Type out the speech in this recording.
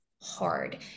hard